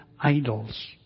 idols